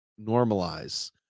normalize